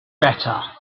better